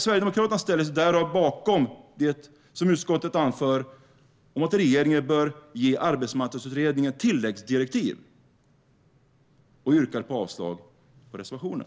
Sverigedemokraterna ställer sig därav bakom att utskottet föreslår att regeringen bör ge Arbetsmarknadsutredningen tilläggsdirektiv, och vi yrkar avslag på reservationen.